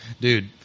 dude